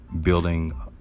building